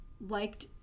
liked